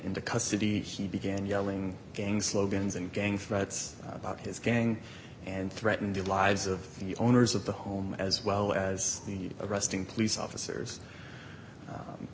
he began yelling gang slogans and gang threats about his gang and threaten the lives of the owners of the home as well as the arresting police officers